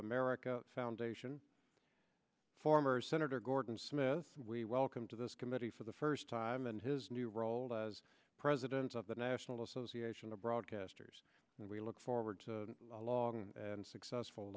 america foundation former senator gordon smith we welcome to this committee for the first time in his new role as president of the national association of broadcasters and we look forward to a long and successful